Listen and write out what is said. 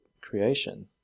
creation